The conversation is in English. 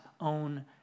own